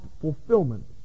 fulfillment